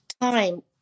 time